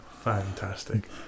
Fantastic